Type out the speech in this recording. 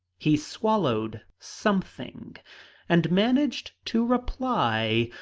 he swallowed something and managed to reply,